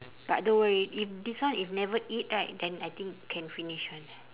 but don't worry if this one if never eat right then I think can finish [one]